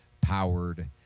powered